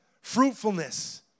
fruitfulness